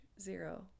zero